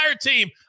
team